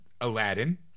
Aladdin